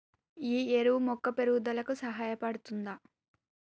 ఈ ఎరువు మొక్క పెరుగుదలకు సహాయపడుతదా?